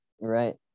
Right